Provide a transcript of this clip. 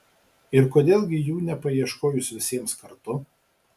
ir kodėl gi jų nepaieškojus visiems kartu